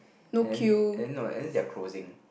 and then and then no and then they are closing